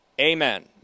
Amen